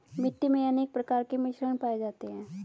मिट्टी मे अनेक प्रकार के मिश्रण पाये जाते है